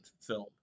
film